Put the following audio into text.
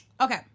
Okay